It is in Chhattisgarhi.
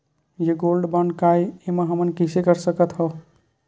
ये गोल्ड बांड काय ए एमा हमन कइसे कर सकत हव?